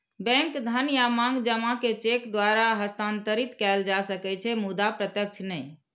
bank धन या मांग जमा कें चेक द्वारा हस्तांतरित कैल जा सकै छै, मुदा प्रत्यक्ष नहि